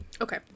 Okay